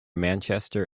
manchester